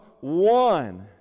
one